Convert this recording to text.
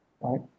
right